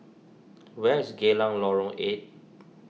where is Geylang Lorong eight